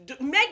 Meg